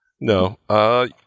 No